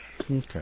Okay